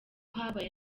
habaye